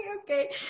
Okay